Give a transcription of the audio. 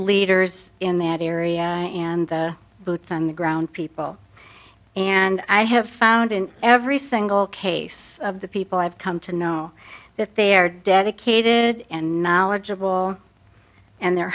leaders in that area and the boots on the ground people and i have found in every single case of the people i've come to know that they are dedicated and knowledgeable and they're